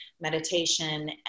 meditation